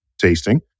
tasting